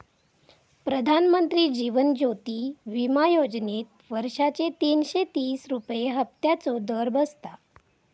प्रधानमंत्री जीवन ज्योति विमा योजनेत वर्षाचे तीनशे तीस रुपये हफ्त्याचो दर बसता